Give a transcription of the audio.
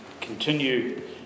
continue